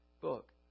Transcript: book